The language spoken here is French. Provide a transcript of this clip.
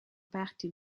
parti